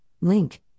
link